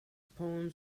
poems